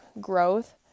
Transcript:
growth